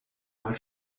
mal